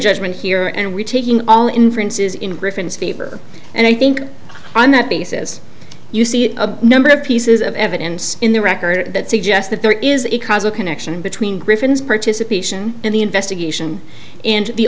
judgment here and we're taking all inferences in griffin's favor and i think on that basis you see a number of pieces of evidence in the record that suggest that there is a causal connection between griffin's participation in the investigation and the